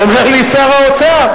ואומר לי שר האוצר: